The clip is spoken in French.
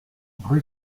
rue